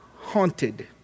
haunted